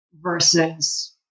versus